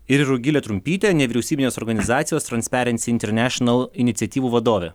ir rugilė trumpytė nevyriausybinės organizacijos transparency international iniciatyvų vadovė